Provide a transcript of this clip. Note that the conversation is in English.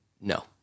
No